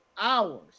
hours